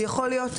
יכול להיות,